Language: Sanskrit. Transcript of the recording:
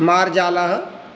मार्जालः